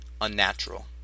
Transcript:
Unnatural